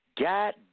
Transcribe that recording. God